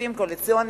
בכספים קואליציוניים,